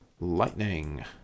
lightning